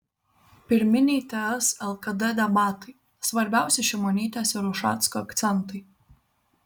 pirminiai ts lkd debatai svarbiausi šimonytės ir ušacko akcentai